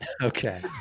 Okay